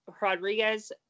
Rodriguez